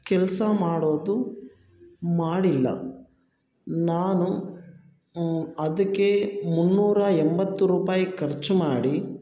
ಕೆಲಸ ಮಾಡೋದು ಮಾಡಿಲ್ಲ ನಾನು ಅದಕ್ಕೆ ಮುನ್ನೂರ ಎಂಬತ್ತು ರೂಪಾಯಿ ಖರ್ಚು ಮಾಡಿ